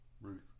Ruth